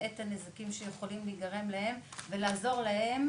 את הנזקים שיכולים להיגרם להם ולעזור להם,